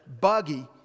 buggy